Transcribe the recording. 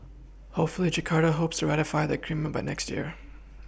how fray Jakarta hopes to ratify the agreement by next year